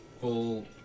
full